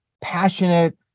passionate